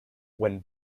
when